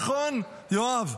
נכון, יואב?